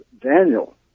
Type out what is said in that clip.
Daniel